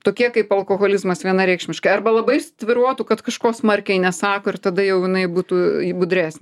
tokie kaip alkoholizmas vienareikšmiškai arba labai svyruotų kad kažko smarkiai nesako ir tada jau jinai būtų budresnė